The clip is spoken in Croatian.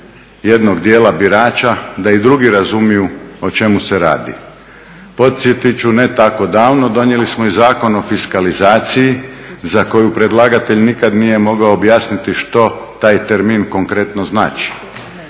jednog dijela birača da i drugi razumiju o čemu se radi. Podsjetit ću ne tako davno donijeli smo i Zakon o fiskalizaciji za koji predlagatelj nikad nije mogao objasniti što taj termin konkretno znači.